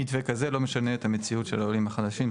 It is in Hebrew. מתווה כזה לא משנה את המציאות של העולים החדשים.